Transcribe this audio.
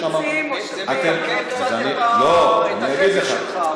זה מקלקל קצת את התזה שלך.